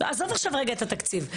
עזוב עכשיו רגע את התקציב.